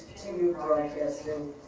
to our guests and